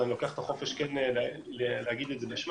אז אני לוקח את החופש להגיד את זה בשמם.